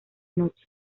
noche